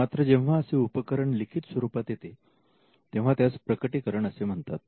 मात्र जेव्हा असे उपकरण लिखित स्वरूपात येते तेव्हा त्यास प्रकटीकरण असे म्हणतात